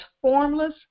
formless